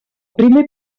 primer